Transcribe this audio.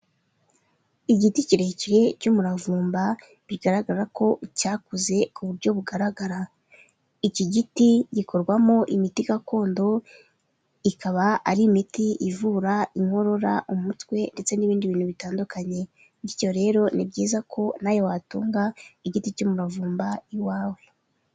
Igiti kirekire cy'umuravumba bigaragara ko cyakuze ku buryo bugaragara, iki giti gikorwamo imiti gakondo ikaba ari imiti ivura inkorora, umutwe, ndetse n'ibindi bintu bitandukanye. Bityo rero ni byiza ko nawe watunga igiti cy'umuravumba iwawe.